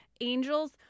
angels